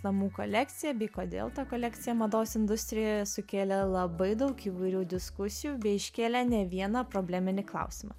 namų kolekcija bei kodėl ta kolekcija mados industrijoje sukėlė labai daug įvairių diskusijų bei iškėlė ne vieną probleminį klausimą